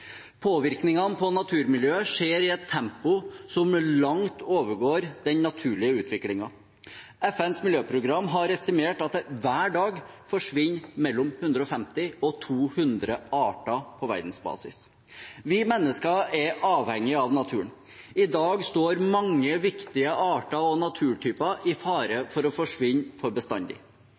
Påvirkningene på naturmiljøet skjer i et tempo som langt overgår den naturlige utviklingen. FNs miljøprogram har estimert at det hver dag forsvinner mellom 150 og 200 arter på verdensbasis. Vi mennesker er avhengige av naturen. I dag står mange viktige arter og naturtyper i fare for å forsvinne for bestandig.